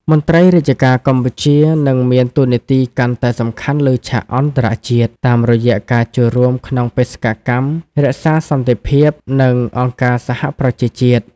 មន្ត្រីរាជការកម្ពុជានឹងមានតួនាទីកាន់តែសំខាន់លើឆាកអន្តរជាតិ តាមរយៈការចូលរួមក្នុងបេសកកម្មរក្សាសន្តិភាព និងអង្គការសហប្រជាជាតិ។